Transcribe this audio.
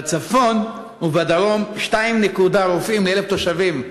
בצפון ובדרום יש שני רופאים ל-1,000 תושבים,